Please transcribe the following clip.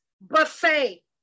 buffet